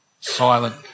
Silent